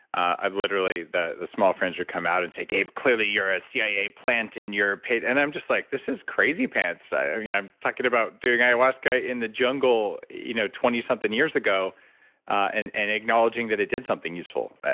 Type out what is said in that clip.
literally the the small fringe would come out and say, dave, clearly you're a cia plant, and you're paid. and i'm just like, this is crazy pants. so yeah i'm talking about doing ayahuasca in the jungle you know twenty something years ago and and acknowledging that it did something useful.